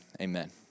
amen